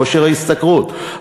כושר ההשתכרות,